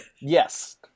Yes